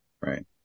Right